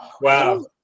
Wow